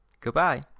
Goodbye